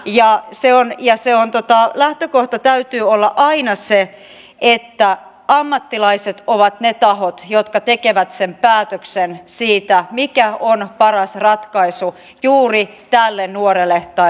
ja se on ja se on toteaa lähtökohdan täytyy olla aina se että ammattilaiset ovat ne tahot jotka tekevät sen päätöksen siitä mikä on paras ratkaisu juuri tälle nuorelle tai lapselle